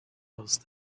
those